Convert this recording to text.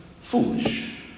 foolish